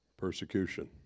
Persecution